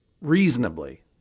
reasonably